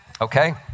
okay